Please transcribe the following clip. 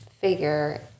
figure